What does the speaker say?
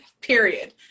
period